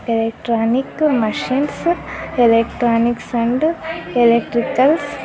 electronic machines electronics and electricals